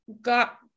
got